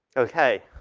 okay.